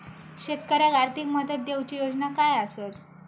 शेतकऱ्याक आर्थिक मदत देऊची योजना काय आसत?